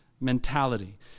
mentality